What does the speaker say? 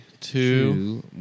two